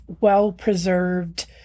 well-preserved